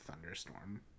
thunderstorm